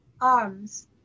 arms